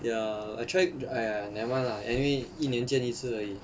ya I tried !aiya! never mind lah anyway 一年见一次而已